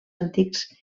antics